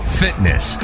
fitness